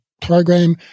program